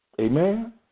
Amen